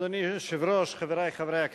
אדוני היושב-ראש, חברי חברי הכנסת,